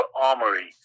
armory